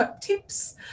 tips